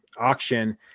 auction